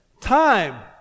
time